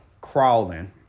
crawling